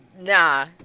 Nah